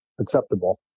acceptable